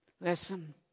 Listen